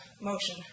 motion